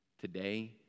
today